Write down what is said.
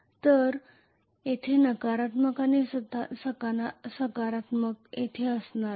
तर येथे नकारात्मक आणि सकारात्मक येथे असणार आहे